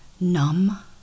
numb